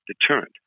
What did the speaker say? deterrent